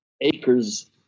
acres